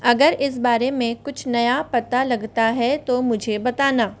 अगर इस बारे में कुछ नया पता लगता है तो मुझे बताना